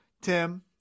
Tim